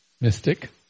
mystic